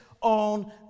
on